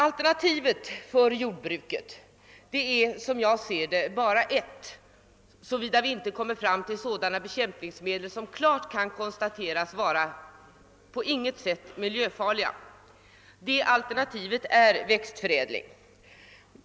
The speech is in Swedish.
Alternativet för jordbruket är, som jag ser det, bara ett, såvida man inte kan få fram bekämpningsmedel som klart kan konstateras vara på intet sätt miljöfarliga. Det alternativet är växtförädling.